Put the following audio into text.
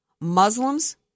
Muslims